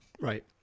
Right